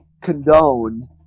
condone